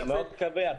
אני מאוד מקווה.